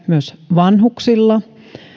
myös vanhuksilla